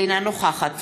אינה נוכחת